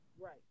Right